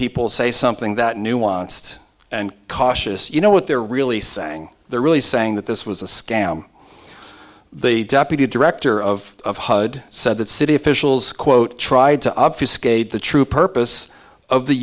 people say something that nuanced and cautious you know what they're really saying they're really saying that this was a scam the deputy director of hud said that city officials quote tried to obfuscate the true purpose of the